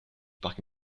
parc